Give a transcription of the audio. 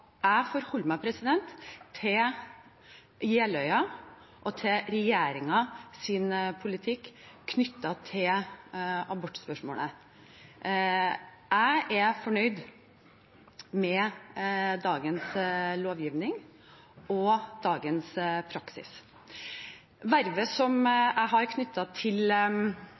jeg forholder meg til Jeløya-erklæringen og til regjeringens politikk når det gjelder abortspørsmålet. Jeg er fornøyd med dagens lovgivning og dagens praksis. Vervet jeg har